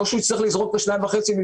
דווקא ביחס לצווים של